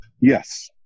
Yes